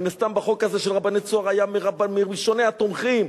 מן הסתם בחוק הזה של רבני "צהר" היה מראשוני התומכים,